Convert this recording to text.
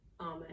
amen